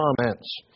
comments